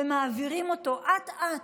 ומעבירים אותו אט-אט,